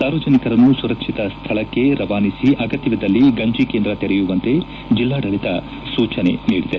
ಸಾರ್ವಜನಿಕರನ್ನು ಸುರಕ್ಷಿತ ಸ್ಥಳಕ್ಕೆ ರವಾನಿಸಿ ಅಗತ್ಯವಿದ್ದಲ್ಲಿ ಗಂಜಿ ಕೇಂದ್ರ ತೆರೆಯುವಂತೆ ಜಿಲ್ಲಾಡಳಿತ ಸೂಚನೆ ನೀಡಿದೆ